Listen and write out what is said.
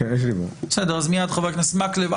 אז מיד, חבר הכנסת מקלב.